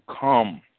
come